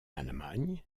allemagne